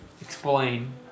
explain